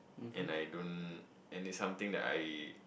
and I don't and that's something that I